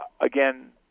again